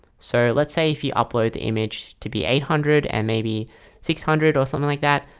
so let's say if you upload the image to be eight hundred and maybe six hundred or something like that,